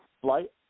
Flight